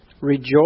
Rejoice